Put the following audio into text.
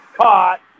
Caught